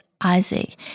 isaac